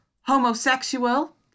homosexual